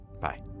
Bye